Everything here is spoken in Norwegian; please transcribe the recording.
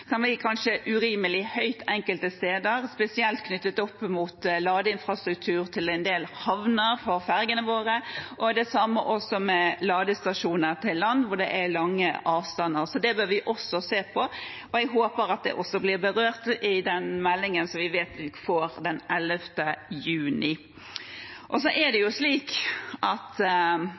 urimelig høyt enkelte steder, spesielt knyttet til ladeinfrastruktur til en del havner for ferjene våre, og det samme med ladestasjoner til land hvor det er lange avstander, så det bør vi også se på. Jeg håper det også blir berørt i den meldingen som vi vet vi får den 11. juni. Så er det slik at vi må ha et nivå på strømregningen som har sosial aksept i befolkningen, slik at